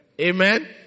Amen